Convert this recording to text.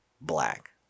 black